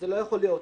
זה לא יכול להיות.